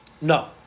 No